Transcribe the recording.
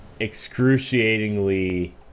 excruciatingly